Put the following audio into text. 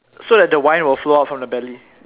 so that the wine will flow out from the belly